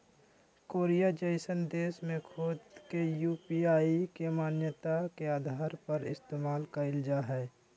Korea जइसन देश में खुद के यू.पी.आई के मान्यता के आधार पर इस्तेमाल कईल जा हइ